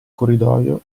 corridoio